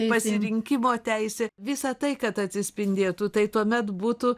pasirinkimo teisė visa tai kad atsispindėtų tai tuomet būtų